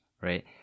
right